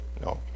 No